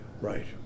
Right